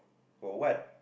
for what